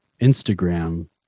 Instagram